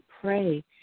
pray